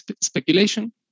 speculation